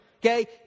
Okay